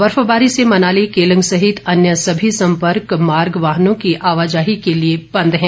बर्फबारी से मनाली केलंग सहित अन्य समी संपर्क मार्ग वाहनों की आवाजाही के लिए बंद हैं